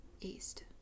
east